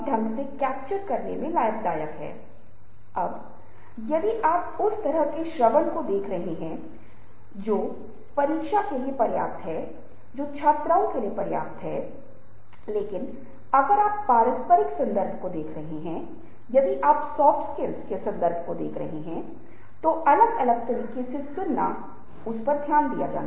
मैं इस बारे में विस्तार से तब बात करूँगा जब मैं इस विषय पर चर्चा करूँगा अगर हम अपने स्वयं के बारे में बहुत अधिक आश्वस्त हैं और स्वयं से संबंधित बहुत सी चीजें हैं जो मैं अपने अगले विषय पर चर्चा करूंगा